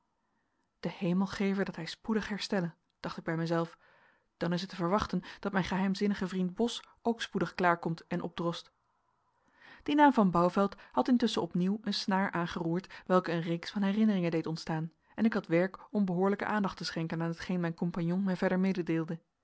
de hemel geve dat hij spoedig herstelle dacht ik bij mijzelf dan is het te verwachten dat mijn geheimzinnige vriend bos ook spoedig klaar komt en opdrost die naam van bouvelt had intusschen opnieuw een snaar aangeroerd welke een reeks van herinneringen deed ontstaan en ik had werk om behoorlijke aandacht te schenken aan hetgeen mijn compagnon mij verder